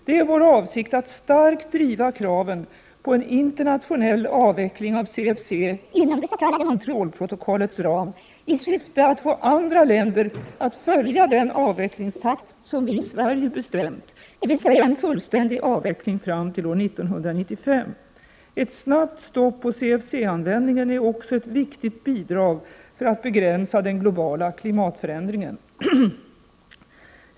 Det är vår avsikt att starkt driva kraven på en internationell avveckling av CFC inom det s.k. Montrealprotokollets ram i syfte att få andra länder att följa den avvecklingstakt som vi i Sverige bestämt, dvs. en fullständig avveckling fram till år 1995: Ett snabbt stopp på CFC-användningen är också ett viktigt bidrag för att begränsa den globala klimatförändringen.